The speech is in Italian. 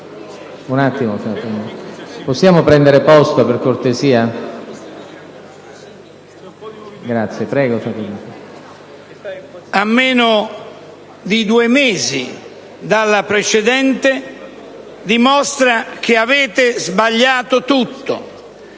a meno di due mesi dalla precedente dimostra che avete sbagliato tutto.